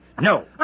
no